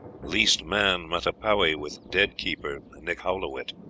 least man mattapewi with dead-keeper nihaulowit.